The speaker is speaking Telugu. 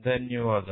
ధన్యవాదాలు